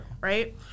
Right